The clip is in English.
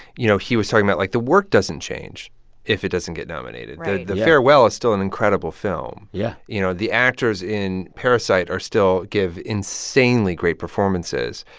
you know, he was talking about, like, the work doesn't change if it doesn't get nominated right yeah the farewell is still an incredible film yeah you know, the actors in parasite are still give insanely great performances.